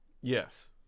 Yes